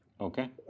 Okay